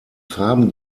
farben